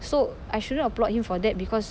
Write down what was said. so I shouldn't applaud you for that because